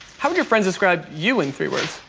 how would your friends describe you in three words?